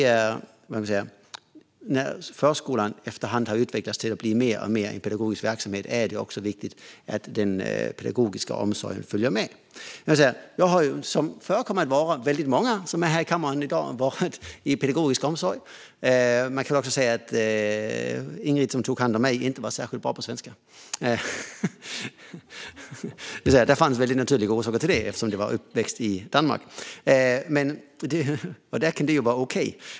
När förskolan efter hand har utvecklats till att bli mer och mer av pedagogisk verksamhet är det viktigt att den pedagogiska omsorgen följer med. Många som finns här i kammaren i dag har deltagit i pedagogisk omsorg. Jag kan också säga att Ingrid som tog hand om mig inte var särskilt bra på svenska! Men det fanns naturliga orsaker till det eftersom jag växte upp i Danmark. Där kan det vara okej.